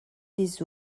des